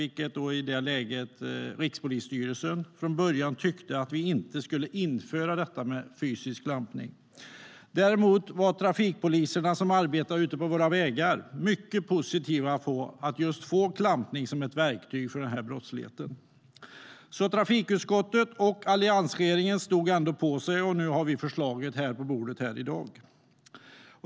Från början tyckte Rikspolisstyrelsen i det läget inte att vi skulle införa detta med fysisk klampning. Däremot var trafikpoliserna som arbetade ute på våra vägar mycket positiva till att få klampning som ett verktyg mot brottsligheten. Trafikutskottet och alliansregeringen stod ändå på sig, och nu har vi förslaget på bordet här i dag.